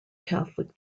catholic